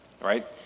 right